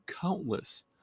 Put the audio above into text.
countless